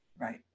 Right